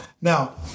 now